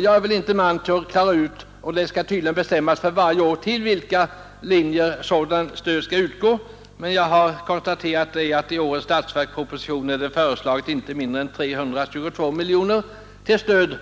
Jag känner inte till efter vilka principer detta sker, men sådant stöd skall utgå även fortsättningsvis, och jag har konstaterat att det i årets statsverksproposition föreslås inte mindre än 322 miljoner som stöd